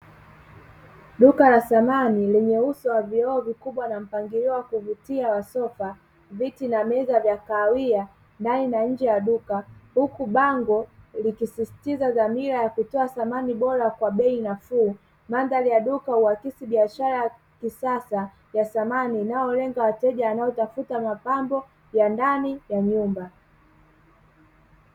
Duka la samani lenye uso wa vioo vikubwa na mpangilio wa kuvutia wa sofa, viti na meza vya kahawia ndani na nje ya duka huku bango likisisitiza dhamira ya kutoa samani bora kwa bei nafuu. Mandhari ya duka huakisi biashara ya kisasa ya samani inayolenga wateja wanaotafuta mapambo ya ndani ya nyumba.